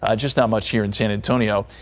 ah just how much here in san antonio.